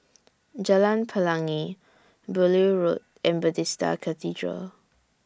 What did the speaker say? Jalan Pelangi Beaulieu Road and Bethesda Cathedral